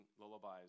lullabies